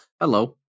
Hello